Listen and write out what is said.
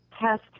test